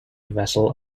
vessel